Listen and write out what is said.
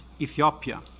Ethiopia